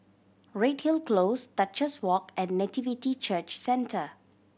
Redhill Close Duchess Walk and Nativity Church Centre